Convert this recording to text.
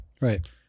Right